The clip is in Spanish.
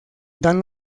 dan